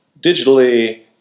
Digitally